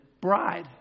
bride